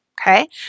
Okay